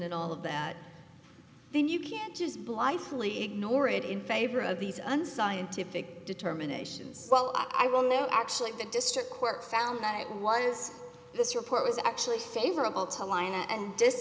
and all of that then you can't just blithely ignore it in favor of these unscientific determinations well i will know actually the district court found that it was this report was actually favorable to line and